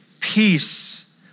peace